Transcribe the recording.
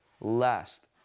last